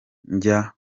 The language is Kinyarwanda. njya